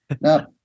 No